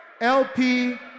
LP